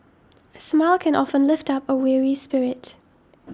a smile can often lift up a weary spirit